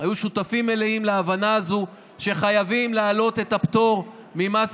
היו שותפים מלאים להבנה הזו שחייבים לעלות את הפטור ממס